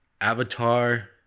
Avatar